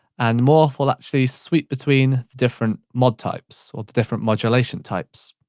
and morph will actually sweep between different mod types, or different modulation types.